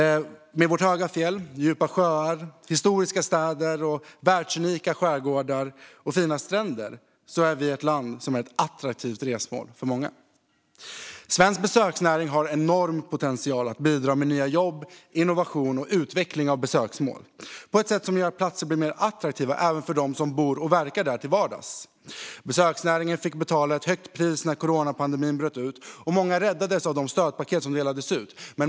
Med våra höga fjäll, djupa sjöar, historiska städer, världsunika skärgårdar och fina stränder är vi ett attraktivt resmål för många. Svensk besöksnäring har en enorm potential att bidra med nya jobb, innovation och utveckling av besöksmål på ett sätt som gör att platser blir mer attraktiva även för dem som bor och verkar där till vardags. Besöksnäringen fick betala ett högt pris när coronapandemin bröt ut, och många räddades av de stödpaket som delades ut.